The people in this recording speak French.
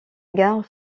gare